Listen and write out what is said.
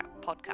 podcast